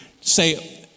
say